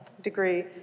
degree